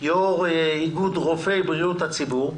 יושב-ראש ארגון רופאי בריאות הציבור.